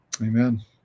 Amen